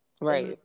Right